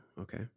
okay